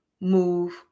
move